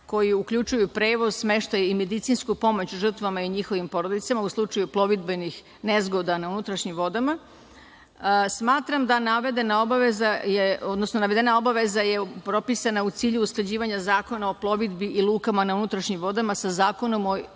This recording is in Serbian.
koje uključuju prevoz, smeštaj i medicinsku pomoć žrtvama i njihovim porodicama u slučaju plovidbenih nezgoda na unutrašnjim vodama. Smatram da navedena obaveza je propisana u cilju usklađivanja Zakona o plovidbi i lukama na unutrašnjim vodama sa Zakonom o